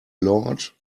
lord